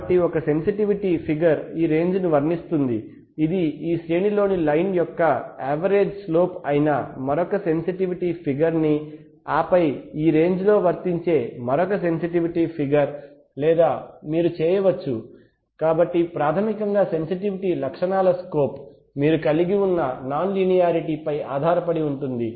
కాబట్టి ఒక sensitivity figure ఈ రేంజ్ ని వర్ణిస్తుంది ఇది ఈ శ్రేణిలోని లైన్ యొక్క యావరేజ్ స్లోప్ అయిన మరొక సెన్సిటివిటీ ఫిగర్ నీ ఆపై ఈ రేంజ్ లో వర్తించే మరొక సెన్సిటివిటీ ఫిగర్ లేదా మీరు చేయవచ్చు కాబట్టి ప్రాథమికంగా సెన్సిటివిటీ లక్షణాల స్కోప్ మీరు కలిగి ఉన్న నాన్ లీనియారిటీపై ఆధారపడి ఉంటుంది